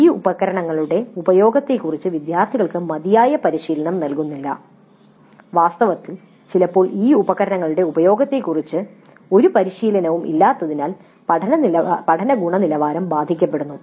ഈ ഉപകരണങ്ങളുടെ ഉപയോഗത്തെക്കുറിച്ച് വിദ്യാർത്ഥികൾക്ക് മതിയായ പരിശീലനം നൽകുന്നില്ല വാസ്തവത്തിൽ ചിലപ്പോൾ ഈ ഉപകരണങ്ങളുടെ ഉപയോഗത്തെക്കുറിച്ച് ഒരു പരിശീലനവും ഇല്ലാത്തതിനാൽ പഠന ഗുണനിലവാരം ബാധിക്കപ്പെടുന്നു